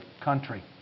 country